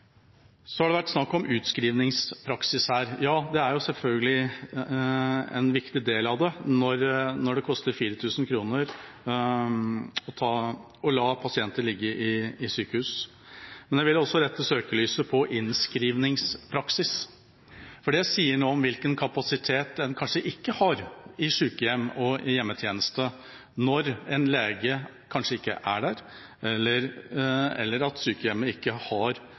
Så har det vært snakk om utskrivningspraksis her. Ja, det er selvfølgelig en viktig del av det når det koster 4 000 kr å la pasienter ligge i sykehus. Men jeg vil også rette søkelyset mot innskrivningspraksis, for det sier noe om hvilken kapasitet en kanskje ikke har i sykehjem og i hjemmetjeneste når en lege kanskje ikke er der, eller at sykehjemmet ikke har pleiefaglig kompetanse til å vurdere når en pasient skal innlegges i sykehus, eller ikke har